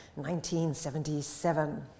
1977